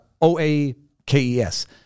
O-A-K-E-S